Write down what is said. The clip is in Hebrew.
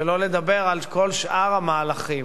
שלא לדבר על כל שאר המהלכים.